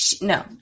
No